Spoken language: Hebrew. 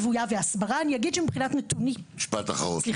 דת --- את מבחינתך יש מקום שנקרא